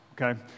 Okay